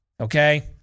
okay